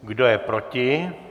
Kdo je proti?